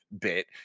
bit